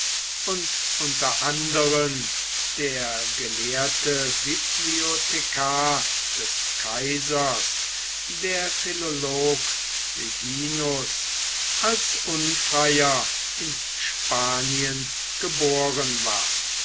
und unter anderen der gelehrte bibliothekar des kaisers der philolog hyginus als unfreier in spanien geboren war